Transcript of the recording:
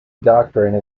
doctrine